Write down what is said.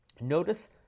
Notice